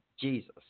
Jesus